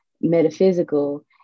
metaphysical